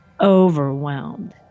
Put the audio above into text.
overwhelmed